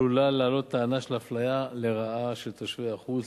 עלולה להעלות טענה של אפליה לרעה של תושבי חוץ,